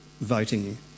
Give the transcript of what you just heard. voting